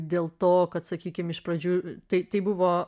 dėl to kad sakykim iš pradžių tai tai buvo